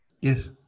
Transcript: Yes